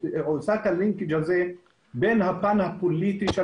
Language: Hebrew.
עושה את הלינקג' הזה בין הפן הפוליטי של